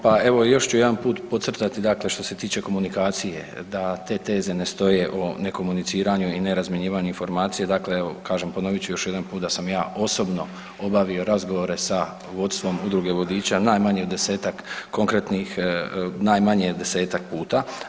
Pa evo još jedan put podcrtati, dakle, što se tiče komunikacije da te teze ne stoje o ne komuniciranju i ne razmjenjivanju informacija, dakle, kaže, ponovit ću još jedan put da sam ja osobno obavio razgovore sa vodstvom udruge vodiča, najmanje desetak konkretnih, najmanje desetak puta.